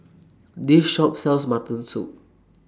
This Shop sells Mutton Soup